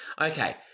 Okay